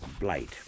Blight